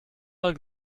mal